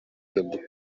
келди